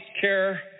care